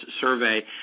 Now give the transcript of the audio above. survey